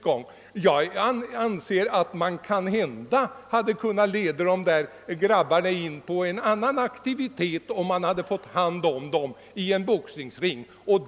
Jag anser att man kanske kunnat intressera dessa pojkar för en annan aktivitet, om man fått ta hand om dem i en boxningsring.